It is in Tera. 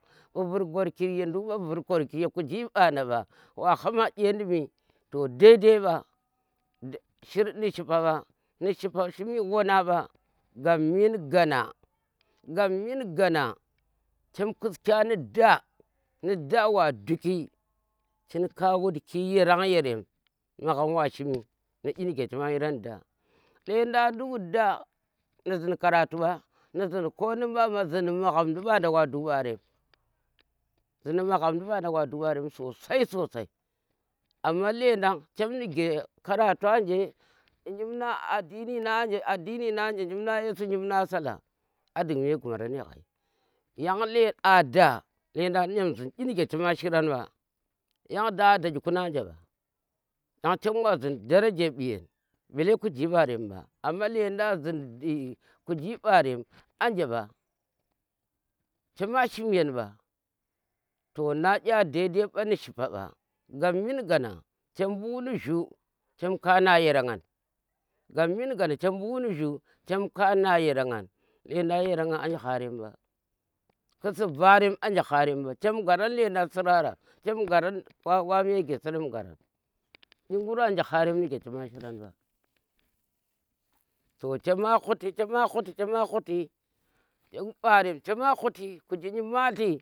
mbu vur gworki ya nduk ɓa, bu ka bur gworki ya kuyi ɓana ɓa wa hama ƙe dimdi, na ni shipa ba nu shipa shirmii wanak ɓa gammin gona gammin gana cham kiska ni da, ni da wa du̱ki chin ko wutki yarem, moghom wa shiim inige cheme shiran da, ndukin ku da ni ziiin karatu ɓa, ni ziin konum ɓa, amma ziin magham di ɓanda wa duk ɓarem zini di magham di banda wa duk barem sosai sosai amma lendan chem nige karatu anje, jimnan addini anje, addini na anje jiim na a yesu, jim na a salah a ding me gumoran yaghai yong a da gyemzin inige chama shiran ɓa, yan chewa zhin daraje mbu yeng bele kuji mbarem mba amma lendan kuji mbarem anje mba chema shim yen mba to na kya dai dai mba ni shipa mba gapmin gana chem bu ni jhuu chem ka na yerangna gammin gana chem mbu nu jhuu chem ka na yerangna lendan yerenga anje harem mba kusi varenm anje harem mba chem ngaran wa me geserem garan inguranje harem nuke chema shiran mba to chema huti, chema huti, chema huti duk mbare chema huti kuji nymalti